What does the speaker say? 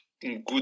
good